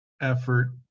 effort